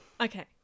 Okay